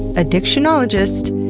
addictionologist,